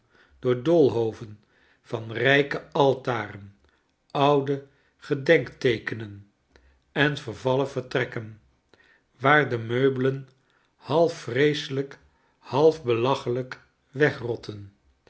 door doolhoven van rijke altaren oude gedenkteekenen en vervallen vertrekken waar de meubelen half vreeselijk half belachelijk wegrotten